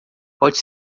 pode